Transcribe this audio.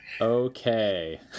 Okay